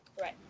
right